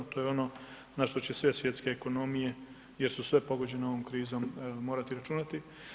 To je ono na što će sve svjetske ekonomije, jer su sve pogođene ovom krizom, morati računati.